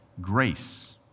grace